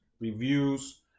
reviews